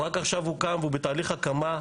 הוא רק עכשיו הוקם והוא בתהליך הקמה.